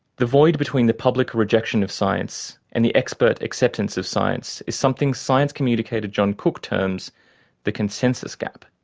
the void between the public rejection of science and the expert acceptance of science is something science communicator john cook terms the consensus gap.